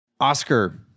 Oscar